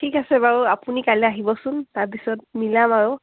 ঠিক আছে বাৰু আপুনি কাইলৈ আহিবচোন তাৰ পিছত মিলাম আৰু